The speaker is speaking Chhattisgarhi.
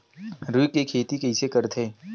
रुई के खेती कइसे करथे?